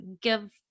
Give